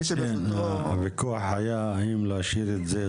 מי שברשותו מידע כאמור רשאי לשומרו או להעבירו לאחר,